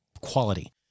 quality